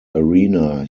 arena